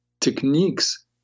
techniques